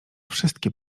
wszystkie